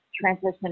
transition